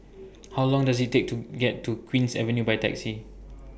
How Long Does IT Take to get to Queen's Avenue By Taxi